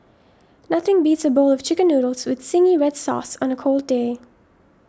nothing beats a bowl of Chicken Noodles with Zingy Red Sauce on a cold day